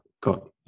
got